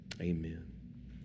Amen